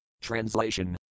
Translation